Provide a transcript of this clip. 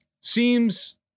seems